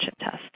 test